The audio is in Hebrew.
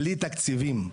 בלי תקציבים.